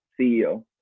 CEO